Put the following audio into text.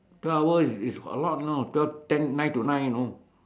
twelve hour is is a lot you know twelve ten nine to nine you know